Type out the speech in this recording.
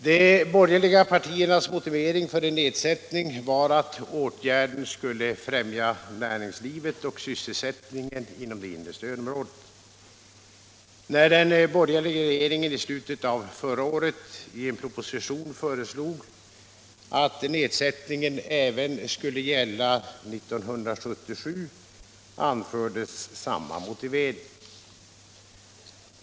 De borgerliga partiernas motivering för en nedsättning var att åtgärden skulle främja näringslivet och sysselsättningen inom det inre stödområdet. föreslog att nedsättningen även skulle gälla under år 1977 anfördes samma motivering.